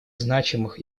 значимых